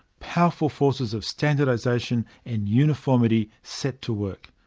powerful forces of standardisation and uniformity set to work.